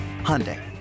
Hyundai